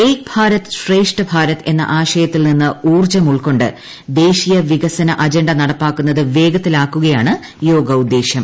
ഏക് ഭാരത് ശ്രേഷ്ഠ ഭാരത് എന്ന ആശയത്തിൽ നിന്ന് ഊർജ്ജം ഉൾക്കൊണ്ട് ദേശീയ വികസന അജണ്ട നടപ്പാക്കുന്നത് വേഗത്തിലാക്കുകയാണ് യോഗ ഉദേശ്യം